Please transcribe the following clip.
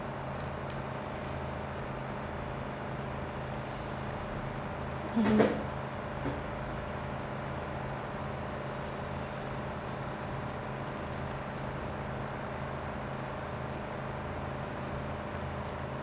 mmhmm